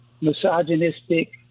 misogynistic